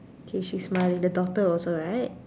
K she's smiling the daughter also right